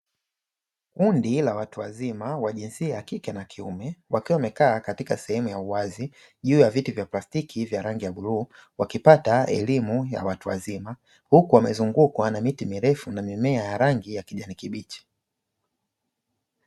Kundi la watu wazima wa jinsia ya kike na kiume, wakiwa wamekaa katika sehemu ya uwazi juu ya vitu vya plastiki vya rangi ya bluu, wakipata elimu ya watu wazima, huku wamezungukwa na miti mirefu na mimea ya rangi ya kijani kibichi.